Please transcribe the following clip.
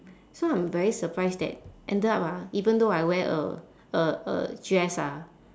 so I'm very surprised that ended up ah even though I wear a a a dress ah